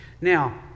Now